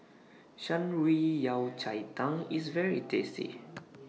Shan Rui Yao Cai Tang IS very tasty